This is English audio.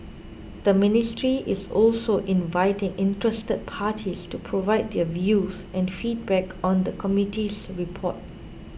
the ministry is also inviting interested parties to provide their views and feedback on the committee's report